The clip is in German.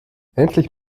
endlich